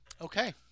Okay